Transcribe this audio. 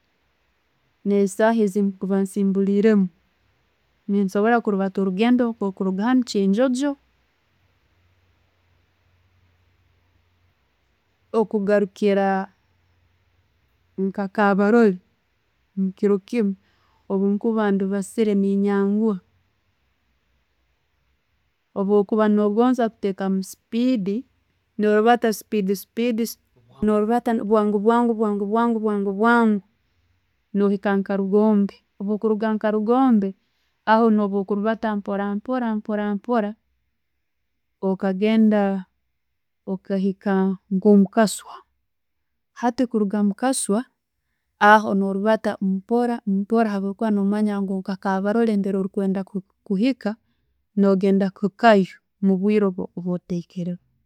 Ne'saaha zenkuba nsumbuliremu. Ninsobora kulibaata orugendo nko kuruga hanno kyenjonjo okarukiira nka kabarole omukiro kimu o'bwenkuba ndibaziire ne'nyanguha. Obwo no'gonza kutekamu speedi, no'libaata speedi speedi, no' libaata bwangu bwangu, bwangu bwangu bwangu, bwangu bwangu no'hiika nga rugombe. Bwo kwiika nka rugombe, aho no'bwo kulibata mpora mpora okagenda okayiika nkoku mukaswa. Hati kuruga mukaswa aho o'libatta mpora mpora habwokuba no'manya nka'kabarole nambire orikwenda kuhiika, no'genda kuhiikayo mubwire bwo'kuba otekere